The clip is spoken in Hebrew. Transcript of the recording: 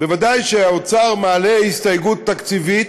ודאי שהאוצר מעלה הסתייגות תקציבית.